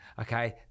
okay